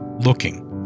looking